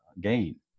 gain